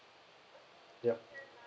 yup